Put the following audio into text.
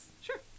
Sure